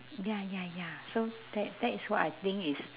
ya ya ya so that that is what I think is